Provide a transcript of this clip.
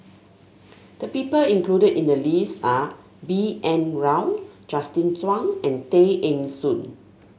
the people included in the list are B N Rao Justin Zhuang and Tay Eng Soon